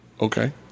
Okay